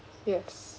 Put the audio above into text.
yes